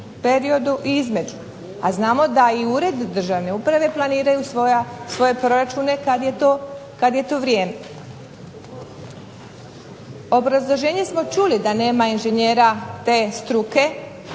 periodu i između, a znamo da i Ured državne uprave planiraju svoje proračune kada je to vrijeme. Obrazloženje smo čuli da nema inženjera te struke,